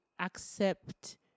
accept